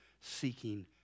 seeking